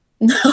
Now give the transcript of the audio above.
No